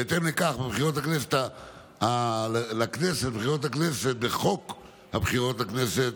בהתאם לכך, בחוק הבחירות לכנסת,